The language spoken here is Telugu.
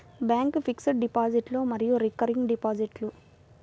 బ్యాంక్ ఫిక్స్డ్ డిపాజిట్లు మరియు రికరింగ్ డిపాజిట్లు